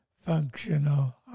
functional